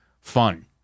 fun